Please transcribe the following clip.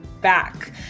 back